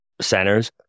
centers